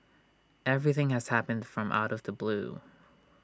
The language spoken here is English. everything has happened from out of the blue